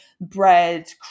bread